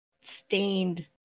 stained